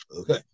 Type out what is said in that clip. okay